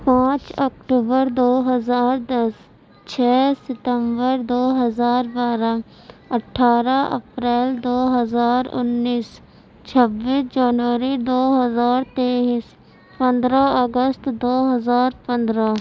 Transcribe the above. پانچ اکٹوبر دو ہزار دس چھ ستمبر دو ہزار بارہ اٹھارہ اپریل دو ہزار انیس چھبیس جنوری دو ہزار تیئس پندرہ اگست دو ہزار پندرہ